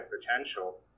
potential